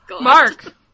Mark